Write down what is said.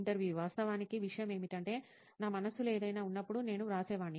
ఇంటర్వ్యూఈ వాస్తవానికి విషయం ఏమిటంటే నా మనస్సులో ఏదైనా ఉన్నప్పుడు నేను వ్రాసేవాడిని